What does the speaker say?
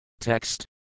Text